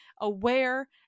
aware